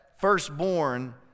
firstborn